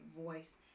voice